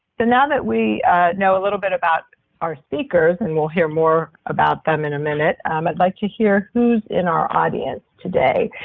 now that we know a little bit about our speakers and we'll hear more about them in a minute um i'd like to hear who's in our audience today.